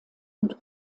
und